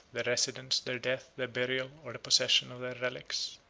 their residence, their death, their burial, or the possession of their relics.